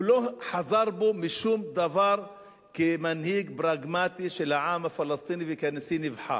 הוא לא חזר בו משום דבר כמנהיג פרגמטי של העם הפלסטיני וכנשיא נבחר.